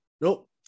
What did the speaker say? Nope